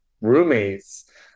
roommates